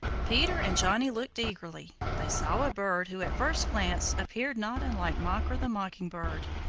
peter and johnny looked eagerly. they saw a bird who at first glance appeared not unlike mocker the mockingbird.